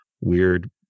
weird